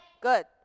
Good